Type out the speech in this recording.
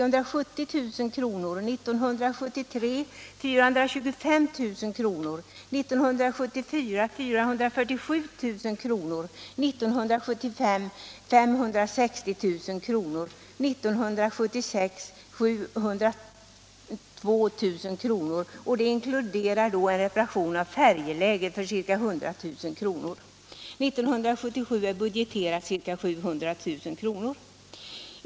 för år 1972, 425 000 kr. för år 1973, 447 000 kr. för år 1974, 560 000 kr. för år 1975 och 702 000 kr. för år 1976. För 1976 inkluderas reparationer för färjläget för ca 100 000 kr. År 1977 är budgeterat till 700 000 kr.